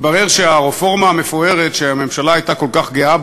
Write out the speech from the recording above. מתברר שהרפורמה המפוארת שהממשלה הייתה כל כך גאה